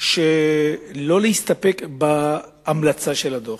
שלא להסתפק בהמלצה של הדוח,